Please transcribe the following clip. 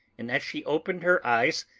and, as she opened her eyes,